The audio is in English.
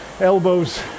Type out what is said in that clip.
elbows